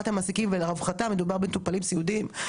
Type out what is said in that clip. כולנו יודעים מה הם עברו בפרט בתקופת הקורונה,